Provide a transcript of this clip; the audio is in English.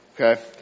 okay